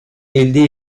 elde